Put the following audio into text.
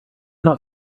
not